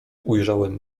ujrzałem